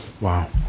wow